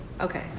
Okay